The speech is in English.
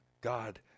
God